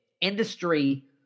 Industry